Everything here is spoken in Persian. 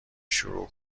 شروع